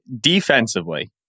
defensively